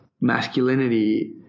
Masculinity